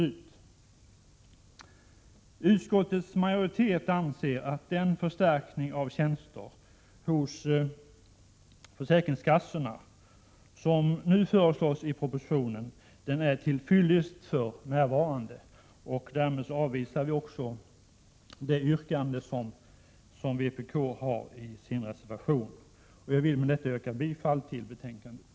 Utskottets majoritet anser att den förstärkning av tjänster hos försäkringskassorna som nu föreslås i propositionen för närvarande är till fyllest. Därmed avstyrker vi yrkandet i vpk:s reservation. Med detta yrkar jag bifall till utskottets hemställan.